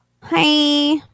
Hi